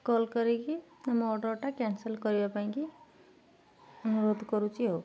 call କରିକି ଆମ ଅର୍ଡ଼ର୍ଟା କ୍ୟାନସେଲ୍ କରିବା ପାଇଁକି ଅନୁରୋଧ କରୁଛି ଆଉ